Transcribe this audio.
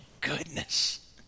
goodness